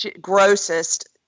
grossest